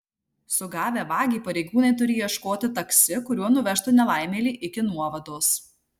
sugavę vagį pareigūnai turi ieškoti taksi kuriuo nuvežtų nelaimėlį iki nuovados